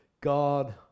God